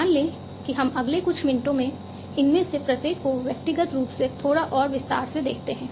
मान लें कि हम अगले कुछ मिनटों में इनमें से प्रत्येक को व्यक्तिगत रूप से थोड़ा और विस्तार से देखते हैं